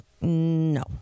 no